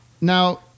Now